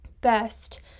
best